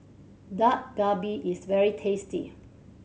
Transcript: Dak Galbi is very tasty